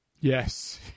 Yes